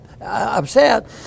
upset